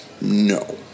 no